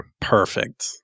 Perfect